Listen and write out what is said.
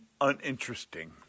uninteresting